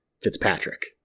Fitzpatrick